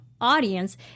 audience